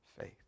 faith